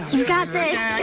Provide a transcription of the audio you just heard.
you got this,